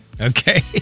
Okay